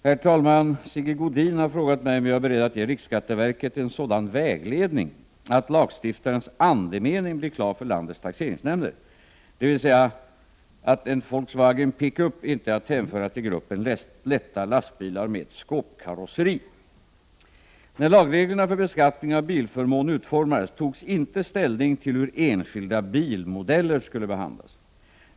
Herr talman! Sigge Godin har frågat mig om jag är beredd att ge riksskatteverket en sådan vägledning att lagstiftarens andemening blir klar för landets taxeringsnämnder, dvs. att ”VW Pick-up” inte är att hänföra till gruppen lätta lastbilar med skåpkarosseri. När lagreglerna för beskattning av bilförmån utformades togs inte ställning till hur enskilda bilmodeller skall behandlas.